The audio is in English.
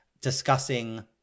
discussing